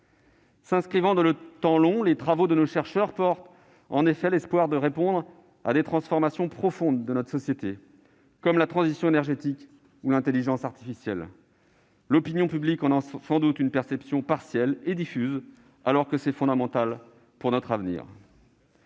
S'inscrivant dans le temps long, les travaux de nos chercheurs portent en effet l'espoir de répondre à des transformations profondes de notre société, comme la transition énergétique ou l'intelligence artificielle. L'opinion publique en a sans doute une perception partielle et diffuse, alors que c'est fondamental pour notre avenir.